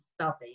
study